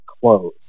close